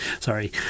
sorry